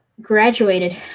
graduated